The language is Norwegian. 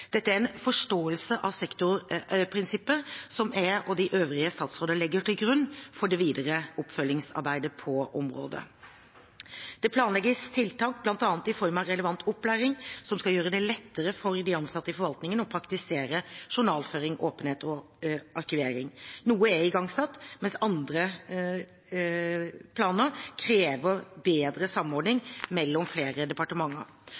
Dette er en forståelse av sektorprinsippet som jeg og de øvrige statsråder legger til grunn for det videre oppfølgingsarbeidet på området. Det planlegges tiltak, bl.a. i form av relevant opplæring, som skal gjøre det lettere for de ansatte i forvaltningen å praktisere journalføring, åpenhet og arkivering. Noe er igangsatt, mens andre planer krever bedre